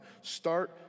Start